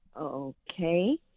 Okay